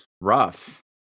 Rough